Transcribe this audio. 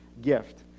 gift